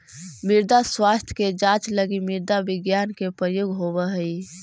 मृदा स्वास्थ्य के जांच लगी मृदा विज्ञान के प्रयोग होवऽ हइ